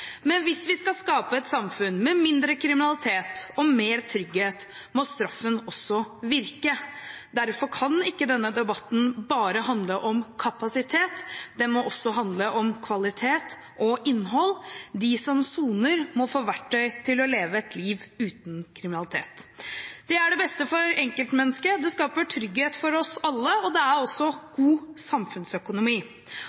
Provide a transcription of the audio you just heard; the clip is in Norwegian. Men hvis vi skal skape et samfunn med mindre kriminalitet og mer trygghet, må straffen også virke. Derfor kan ikke denne debatten bare handle om kapasitet, den må også handle om kvalitet og innhold. De som soner, må få verktøy til å leve et liv uten kriminalitet. Det er det beste for enkeltmennesket, det skaper trygghet for oss alle, og det er også god samfunnsøkonomi.